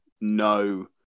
no